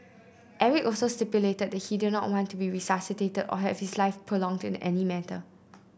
Eric also stipulated that he did not want to be resuscitated or have his life prolonged in any manner